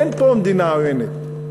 אין פה מדינה עוינת.